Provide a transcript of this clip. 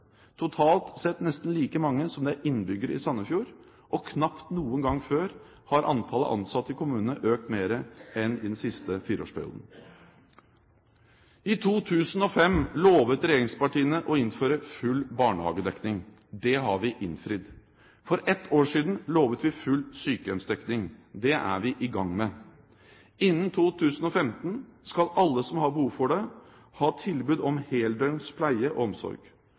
totalt sett nesten like mange som det er innbyggere i Sandefjord. Knapt noen gang før har antallet ansatte i kommunene økt mer enn i den siste fireårsperioden. I 2005 lovet regjeringspartiene å innføre full barnehagedekning. Det har vi innfridd. For ett år siden lovet vi full sykehjemsdekning. Det er vi i gang med. Innen 2015 skal alle som har behov for det, ha tilbud om heldøgns pleie og omsorg.